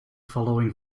following